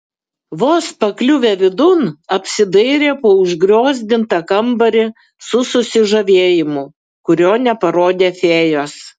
vos pakliuvę vidun apsidairė po užgriozdintą kambarį su susižavėjimu kurio neparodė fėjos